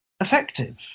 effective